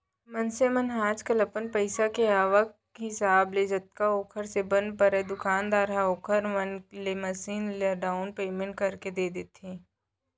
मनसे मन ह आजकल अपन पइसा के आवक हिसाब ले जतका ओखर से बन परय दुकानदार ह ओखर मन ले मसीन ल डाउन पैमेंट करके दे देथे